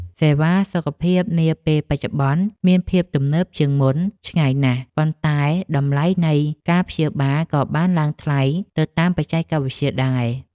សេវាសុខភាពនាពេលបច្ចុប្បន្នមានភាពទំនើបជាងមុនឆ្ងាយណាស់ ប៉ុន្តែតម្លៃនៃការព្យាបាលក៏បានឡើងថ្លៃទៅតាមបច្ចេកវិទ្យាដែរ។